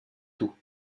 tôt